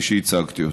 כפי שהצגתי אותו.